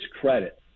credit